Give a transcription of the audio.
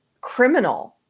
criminal –